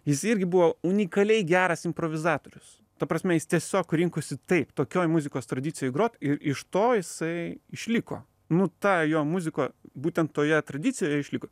jis irgi buvo unikaliai geras improvizatorius ta prasme jis tiesiog rinkosi taip tokioj muzikos tradicijoj grot ir iš to jisai išliko nu ta jo muziko būtent toje tradicijoje išliko